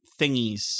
thingies